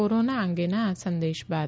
corona અંગેના આ સંદેશ બાદ